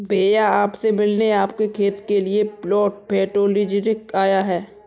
भैया आप से मिलने आपके खेत के लिए प्लांट पैथोलॉजिस्ट आया है